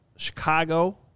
Chicago